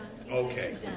Okay